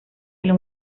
del